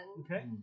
Okay